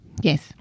Yes